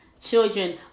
children